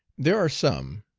there are some,